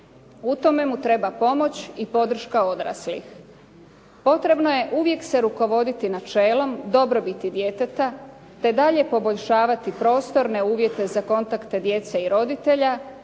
U tome mu treba pomoći i podrška odraslih. Potrebno je uvijek se rukovoditi načelom dobrobiti djeteta te dalje poboljšavati prostorne uvjete za kontakte djece i roditelja